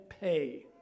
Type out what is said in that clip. pay